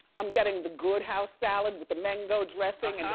i'm getting the good house salad, with the mango dressing and